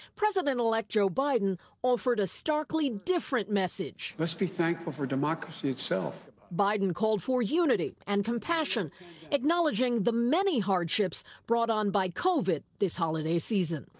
president-elect joe biden offered a starkly different message. let's be thankful for democracy itself. reporter biden called for unity and compassion acknowledging the many hardships brought on by covid this holiday season.